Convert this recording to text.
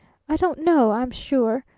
i don't know, i'm sure,